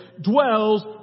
dwells